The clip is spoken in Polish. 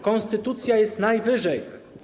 Konstytucja jest najwyżej.